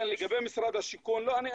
לא,